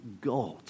God